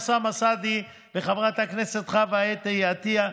אוסאמה סעדי וחברת הכנסת חוה אתי עטייה,